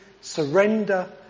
surrender